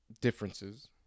Differences